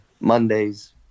Mondays